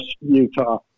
Utah